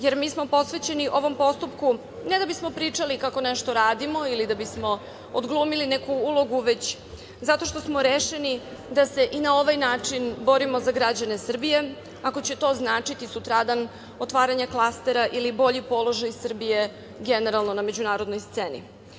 Jer, mi smo posvećeni ovom postupku ne da bismo pričali kako nešto radimo ili da bismo odglumili neku ulogu, već zato što smo rešeni da se i na ovaj način borimo za građane Srbije, ako će to značiti sutradan otvaranje klastera ili bolji položaj Srbije generalno na međunarodnoj sceni.